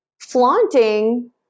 flaunting